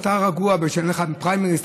אתה רגוע בגלל שאין לך פריימריז,